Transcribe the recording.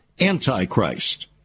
Antichrist